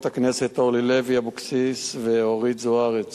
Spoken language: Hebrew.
חברות הכנסת אורלי לוי אבקסיס ואורית זוארץ